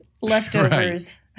leftovers